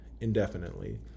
indefinitely